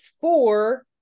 four